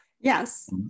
Yes